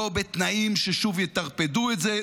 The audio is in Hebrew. לא בתנאים ששוב יטרפדו את זה,